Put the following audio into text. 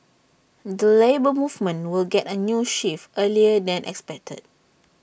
the Labour Movement will get A new chief earlier than expected